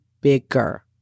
bigger